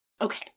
Okay